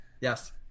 Yes